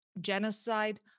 genocide